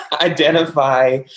identify